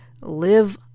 live